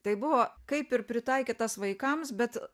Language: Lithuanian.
tai buvo kaip ir pritaikytas vaikams bet